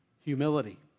humility